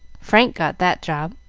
frank got that job.